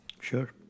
Sure